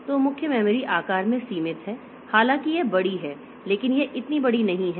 तो मुख्य मेमोरी आकार में सीमित है हालांकि यह बड़ी है लेकिन यह इतनी बड़ी नहीं है